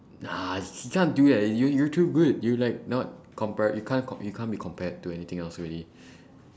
nah h~ he can't do that you you're too good you like not compared you can't com~ you can't be compared to anything else already